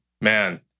Man